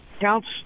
counts